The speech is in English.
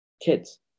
kids